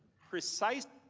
precise.